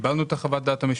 קיבלנו את חוות הדעת המשפטית.